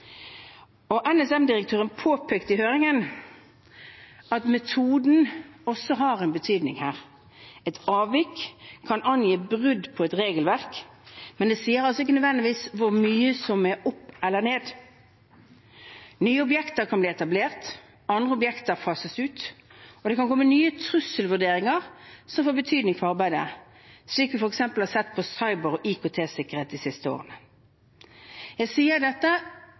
opprettholdt. NSM-direktøren påpekte i høringen at metoden også har en betydning her. Et avvik kan angi brudd på et regelverk, men det sier ikke nødvendigvis hvor mye som er opp eller ned. Nye objekter kan bli etablert, andre objekter fases ut, og det kan komme nye trusselvurderinger som får betydning for arbeidet, slik vi f.eks. har sett på cyber- og IKT-sikkerhet de siste årene. Jeg sier dette,